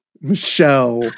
Michelle